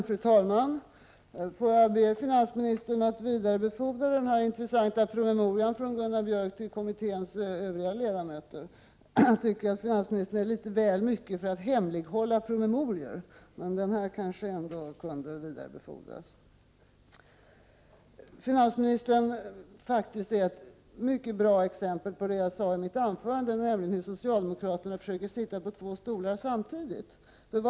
Fru talman! Får jag be finansministern att vidarebefordra denna intressanta promemoria från Gunnar Björk till kommitténs övriga ledamöter. Jag tycker att finansministern är litet väl mycket för att hemlighålla promemorior. Men den här kanske ändå kunde vidarebefordras. Finansministern gav faktiskt ett mycket bra exempel på det jag sade i mitt anförande, att socialdemokraterna försöker sitta på två stolar samtidigt.